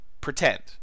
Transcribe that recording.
pretend